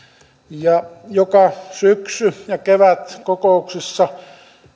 ja joka syksy ja kevät kokouksissa